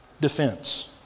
defense